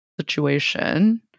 situation